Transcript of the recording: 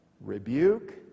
rebuke